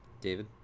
David